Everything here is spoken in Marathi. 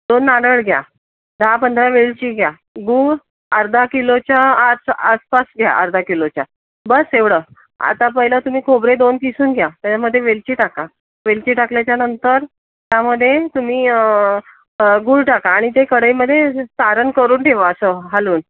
दोन नारळ घ्या दहापंधरा वेलची घ्या गूळ अर्धा किलोच्या आत आसपास घ्या अर्धा किलोच्या बस एवढं आता पहिलं तुम्ही खोबरे दोन किसून घ्या तेच्यामध्ये वेलची टाका वेलची टाकल्याच्यानंतर त्यामध्ये तुम्ही गूळ टाका आणि ते कढईमध्ये सारण करून ठेवा असं हलवून